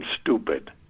stupid